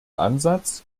ansatz